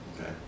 Okay